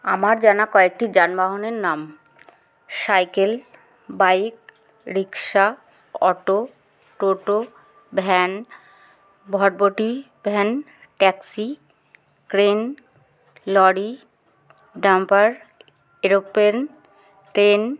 আমার জানা কয়েকটি যানবাহনের নাম সাইকেল বাইক রিক্শা অটো টোটো ভ্যান ভটভটি van taxi train lorry dumper aeroplane train